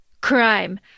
Crime